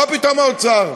מה פתאום האוצר?